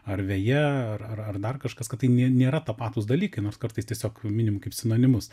ar veja ar ar ar dar kažkas kad tai nė nėra tapatūs dalykai nors kartais tiesiog minim kaip sinonimus